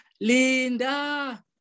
Linda